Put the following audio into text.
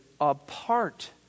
apart